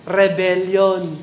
rebellion